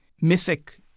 mythic